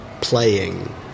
playing